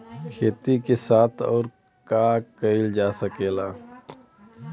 खेती के साथ अउर का कइल जा सकेला?